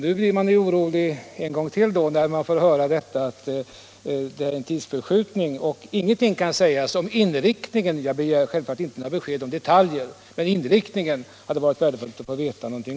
När man nu får höra att det blir en tidsförskjutning och att ingenting kan sägas om inriktningen, blir man ju på nytt orolig. Självfallet begär jag inte besked om detaljer, men om inriktningen hade det varit värdefullt att få veta någonting.